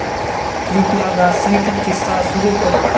कृपया दासीक खिस्सा शुरू करू